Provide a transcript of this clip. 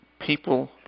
people